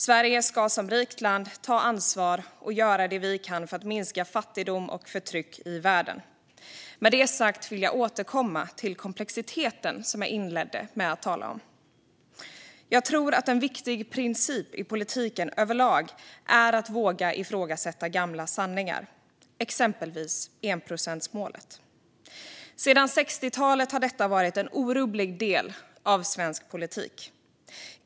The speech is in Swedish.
Sverige ska som ett rikt land ta ansvar och göra det Sverige kan för att minska fattigdom och förtryck i världen. Med det sagt vill jag återkomma till den komplexitet som jag inledde med att tala om. Jag tror att en viktig princip i politiken överlag är att våga ifrågasätta gamla sanningar, exempelvis enprocentsmålet. Sedan 60-talet har detta varit en orubblig del av svensk politik.